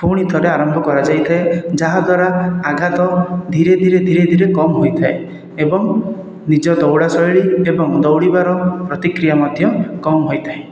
ପୁଣି ଥରେ ଆରମ୍ଭ କରଯାଇ ଥାଏ ଯାହାଦ୍ଵାରା ଆଘାତ ଧୀରେ ଧୀରେ ଧୀରେ ଧୀରେ କମ ହୋଇଥାଏ ଏବଂ ନିଜ ଦୌଡ଼ା ଶୈଳୀ ଏବଂ ଦୌଡ଼ିବାର ପ୍ରତିକ୍ରିୟା ମଧ୍ୟ କମ ହୋଇଥାଏ